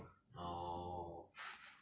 orh